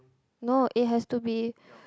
no it has to be